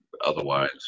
Otherwise